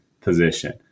position